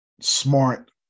smart